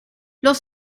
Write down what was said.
los